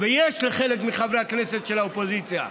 וזה יש לחלק מחברי הכנסת של האופוזיציה.